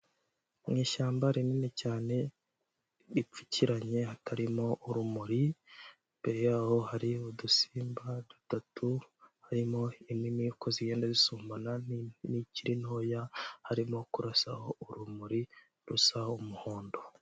Mu ishyamba rinini cyane ripfukiranye hatarimo urumuri, imbere yaho hari udusimba dutatu harimo inini uko zigenda zisumbana n'ikiri ntoya, harimo kurasaho urumuri rusa umuhondo.